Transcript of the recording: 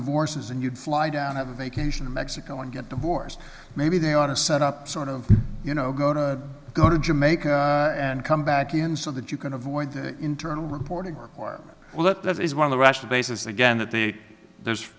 divorces and you'd fly down a vacation in mexico and get divorced maybe they want to set up sort of you know go to go to jamaica and come back in so that you can avoid the internal reporting requirement well that that is one of the russian bases again that the there's